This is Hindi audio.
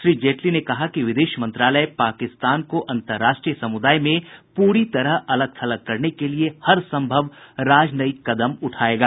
श्री जेटली ने कहा कि विदेश मंत्रालय पाकिस्तान को अंतर्राष्ट्रीय समुदाय में प्ररी तरह अलग थलग करने के लिए हर संभव राजनयिक कदम उठाएगा